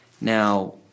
Now